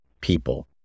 people